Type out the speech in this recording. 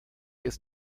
ist